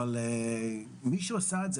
אבל מישהו עשה את זה,